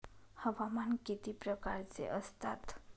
हवामान किती प्रकारचे असतात?